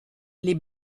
les